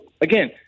again